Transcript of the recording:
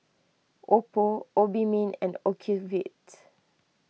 Oppo Obimin and Ocuvite